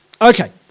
Okay